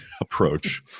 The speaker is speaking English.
approach